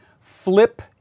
Flip